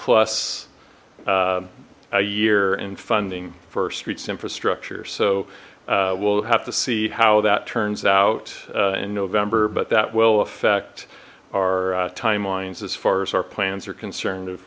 plus a year and funding for streets infrastructure so we'll have to see how that turns out in november but that will affect our timelines as far as our plans are concerned of